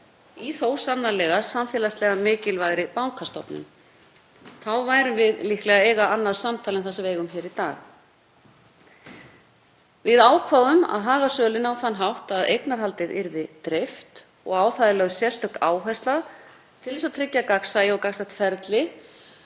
í sannarlega samfélagslega mikilvægri bankastofnun. Þá ættum við líklega annað samtal en það sem við eigum í dag. Við ákváðum að haga sölunni á þann hátt að eignarhaldið yrði dreift og á það er lögð sérstök áhersla til að tryggja gagnsæi og gagnsætt ferli